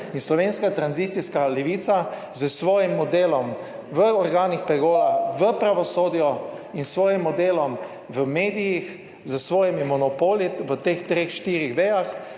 In slovenska tranzicijska levica s svojim modelom v organih pregona, v pravosodju in s svojim modelom v medijih, s svojimi monopoli v teh treh,